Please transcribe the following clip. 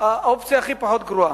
האופציה הכי פחות גרועה.